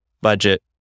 budget